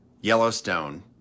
Yellowstone